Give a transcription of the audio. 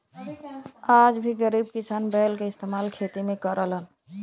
आज भी गरीब किसान बैल के इस्तेमाल खेती में करलन